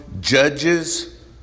judges